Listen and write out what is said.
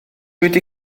wedi